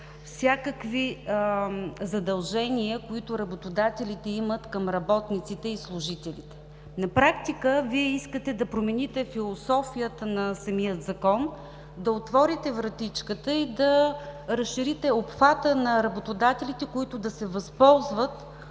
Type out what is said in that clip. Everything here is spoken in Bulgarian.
всякакви задължения, които работодателите имат към работниците и служителите. На практика Вие искате да промените философията на самия Закон, да отворите вратичката и да разширите обхвата на работодателите, които да се възползват